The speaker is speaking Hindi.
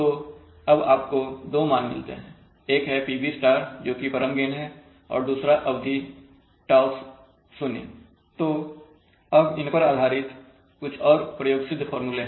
तो अब आपको दो मान मिलते हैं एक है PB जोकि परम गेन है और दूसरा अवधि τₒ हैतो अब इन पर आधारित कुछ और प्रयोगसिद्ध फार्मूले हैं